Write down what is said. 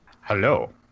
Hello